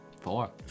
Four